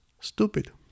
stupid